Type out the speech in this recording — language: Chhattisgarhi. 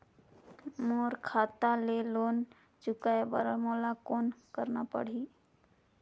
मोर खाता ले लोन चुकाय बर मोला कौन करना पड़ही?